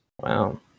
Wow